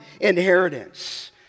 inheritance